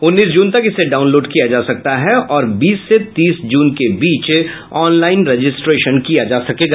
उन्नीस जून तक इसे डाउनलोड किया जा सकता है और बीस से तीस जून के बीच ऑनलाइन रजिस्ट्रेशन किया जा सकेगा